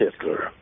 Hitler